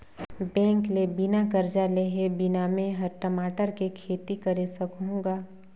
bank ले बिना करजा लेहे बिना में हर टमाटर के खेती करे सकहुँ गा